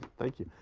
thank you.